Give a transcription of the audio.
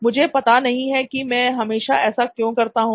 मुझे पता नहीं कि मैं हमेशा ऐसा क्यों करता हूं